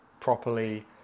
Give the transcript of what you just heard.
properly